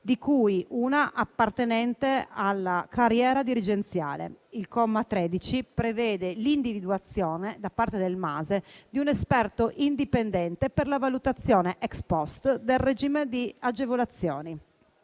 di cui una appartenente alla carriera dirigenziale. Il comma 13 prevede l'individuazione, da parte del MASE, di un esperto indipendente per la valutazione *ex post* del regime di agevolazioni.